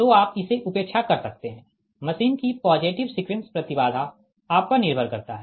तो आप इसे उपेक्षा कर सकते है मशीन की पॉजिटिव सीक्वेंस प्रति बाधा आप पर निर्भर करता है